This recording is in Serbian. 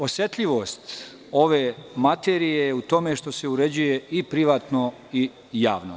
Osetljivost ove materije je u tomešto se uređuje i privatno i javno.